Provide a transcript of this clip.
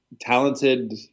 talented